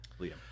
Liam